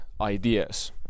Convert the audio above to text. ideas